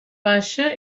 baixa